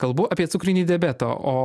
kalbu apie cukrinį diabetą o